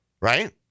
right